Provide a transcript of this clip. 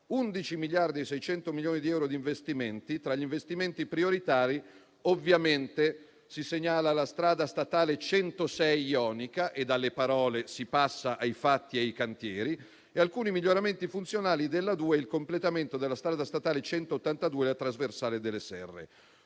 11,6 miliardi di euro di investimenti. Tra gli investimenti prioritari, ovviamente, si segnala la Strada Statale 106 jonica - e dalle parole si passa ai fatti e ai cantieri - alcuni miglioramenti funzionali della A2, il completamento della Strada Statale 182 "Trasversale delle Serre".